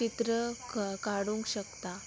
चित्र काडूंक शकता